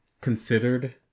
considered